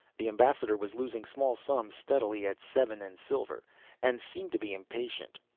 the ambassador was losing small sums steadily at seven-and-silver and seemed to be impatient.